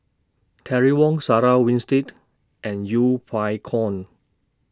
Terry Wong Sarah Winstedt and Yeng Pway